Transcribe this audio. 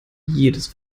jedes